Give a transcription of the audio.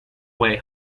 way